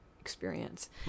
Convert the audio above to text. experience